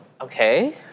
Okay